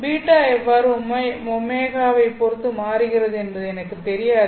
β எவ்வாறு ω வைப் பொறுத்து மாறுகிறது என்பது எனக்கு தெரியாது